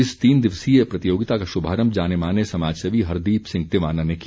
इस तीन दिवसीय प्रतियोगिता का शुभारम्भ जाने माने समाजसेवी हरदीप सिंह तिवाना ने किया